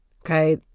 Okay